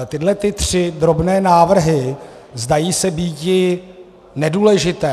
Tyhle tři drobné návrhy zdají se býti nedůležité.